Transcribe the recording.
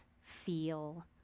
feel